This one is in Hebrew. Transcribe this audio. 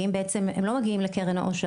הם לא מגיעים לקרן העושר,